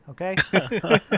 okay